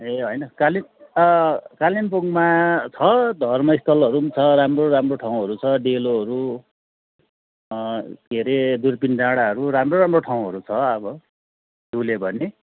ए होइन कालिम कालिम्पोङमा छ धर्मस्थलहरू पनि छ राम्रो राम्रो ठाउँहरू छ डेलोहरू के अरे दुर्बिन डाँडाहरू राम्रो राम्रो ठाउँहरू छ अब डुल्यो भने